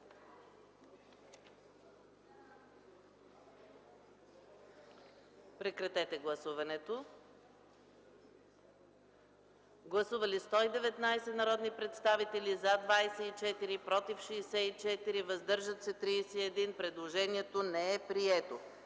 ни. Моля, гласувайте. Гласували 86 народни представители: за 14, против 64, въздържали се 8. Предложението не е прието.